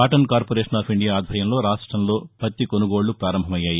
cotton corporation of India ఆధ్వర్యంలో రాష్టంలో పత్తి కొనుగోళ్ల ప్రారంభమయ్యాయి